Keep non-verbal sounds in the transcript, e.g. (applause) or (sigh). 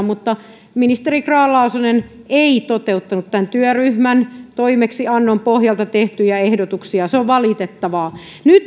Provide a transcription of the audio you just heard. (unintelligible) mutta ministeri grahn laasonen ei toteuttanut tämän työryhmän toimeksiannon pohjalta tehtyjä ehdotuksia se on valitettavaa